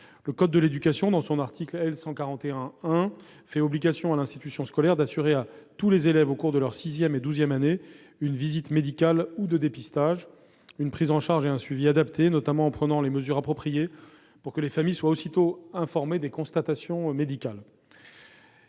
Le code de l'éducation, dans son article L. 141-1, lui fait obligation d'assurer à tous les élèves au cours de leur sixième et douzième année une visite médicale ou de dépistage, une prise en charge et un suivi adapté, notamment en prenant les mesures appropriées pour que les familles soient aussitôt informées des constatations médicales.